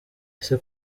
ese